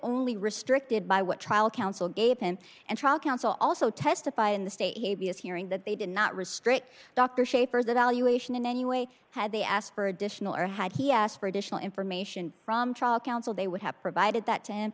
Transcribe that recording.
only restricted by what trial counsel gave him and trial counsel also testified in the state he would be as hearing that they did not restrict dr shapers evaluation in any way had they asked for additional or had he asked for additional information from trial counsel they would have provided that t